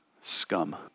Scum